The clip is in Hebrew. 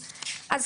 לא, זה לא משתנה.